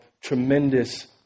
tremendous